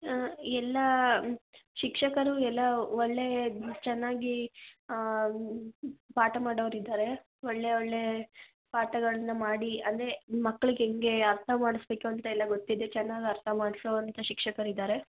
ಎಲ್ಲ ಶಿಕ್ಷಕರು ಎಲ್ಲ ಒಳ್ಳೆಯ ಚೆನ್ನಾಗಿ ಪಾಠ ಮಾಡೋವ್ರು ಇದ್ದಾರೆ ಒಳ್ಳೆಯ ಒಳ್ಳೆಯ ಪಾಠಗಳನ್ನ ಮಾಡಿ ಅಂದರೆ ಮಕ್ಳಗೆ ಹೆಂಗೇ ಅರ್ಥ ಮಾಡಿಸ್ಬೇಕು ಅಂತ ಎಲ್ಲ ಗೊತ್ತಿದೆ ಚೆನ್ನಾಗಿ ಅರ್ಥ ಮಾಡ್ಸುವಂಥ ಶಿಕ್ಷಕರಿದ್ದಾರೆ